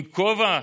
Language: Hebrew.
עם כובע,